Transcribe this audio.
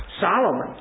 Solomon